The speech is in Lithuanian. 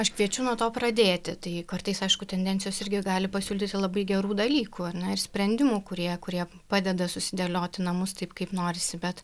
aš kviečiu nuo to pradėti tai kartais aišku tendencijos irgi gali pasiūlyti labai gerų dalykų ar ne ir sprendimų kurie kurie padeda susidėlioti namus taip kaip norisi bet